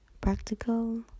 practical